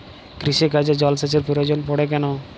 কৃষিকাজে জলসেচের প্রয়োজন পড়ে কেন?